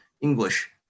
English